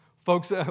Folks